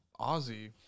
Ozzy